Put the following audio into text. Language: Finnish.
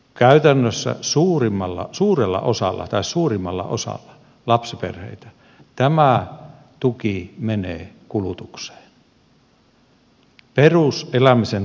käytännössä suurimmalla osalla lapsiperheistä tämä tuki menee kulutukseen peruselämisen tarpeiden hankkimiseen